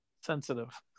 sensitive